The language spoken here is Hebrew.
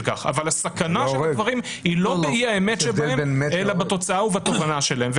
כך אבל הסכנה של דברים היא לא באי-האמת שבהם אלא בתוצאה ובכוונה שלהם.